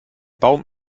baum